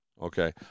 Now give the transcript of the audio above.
Okay